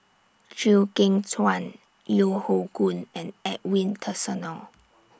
Chew Kheng Chuan Yeo Hoe Koon and Edwin Tessensohn